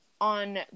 on